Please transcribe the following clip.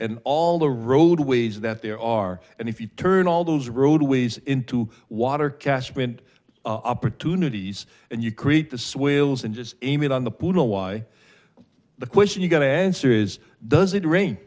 and all the roadways that there are and if you turn all those roadways into water catchment opportunities and you create the swales and just aim it on the pool why the question you've got to answer is does it rain